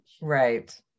right